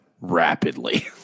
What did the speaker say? rapidly